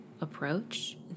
approach